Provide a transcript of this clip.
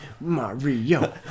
Mario